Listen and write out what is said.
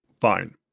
fine